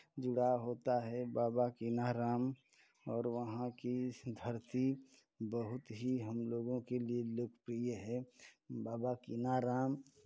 जुड़ाव होता है बाबा कीनाराम और वहाँ की इस धरती बहुत ही हम लोगों के लिए लोकप्रिय है बाबा कीनाराम